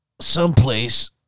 someplace